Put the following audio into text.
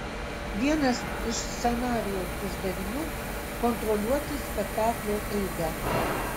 vienas iš scenarijaus uždavinių kontroliuoti spektaklio eigą